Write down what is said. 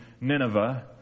Nineveh